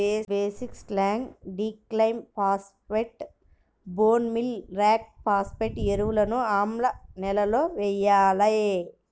basic slag, డిక్లైమ్ phosphate, bone meal rock phosphate ఎరువులను ఆమ్ల నేలలకు వేయాలి